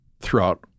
throughout